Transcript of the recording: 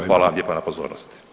Hvala vam lijepa na pozornosti.